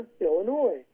Illinois